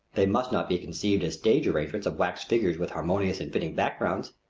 they must not be conceived as stage arrangements of wax figures with harmonious and fitting backgrounds,